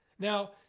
now,